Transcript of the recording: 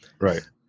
Right